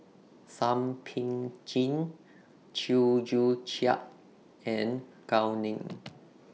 Thum Ping Jin Chew Joo Chiat and Gao Ning